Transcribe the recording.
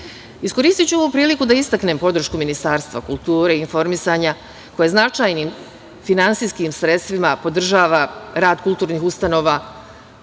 koristan. Iskoristiću ovu priliku da istaknem podršku Ministarstvu kulture i informisanja, koje značajnim finansijskim sredstvima podržava rad kulturnih ustanova